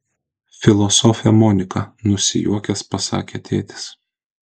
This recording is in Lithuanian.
filosofė monika nusijuokęs pasakė tėtis